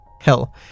Hell